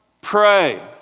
pray